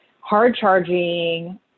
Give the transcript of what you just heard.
hard-charging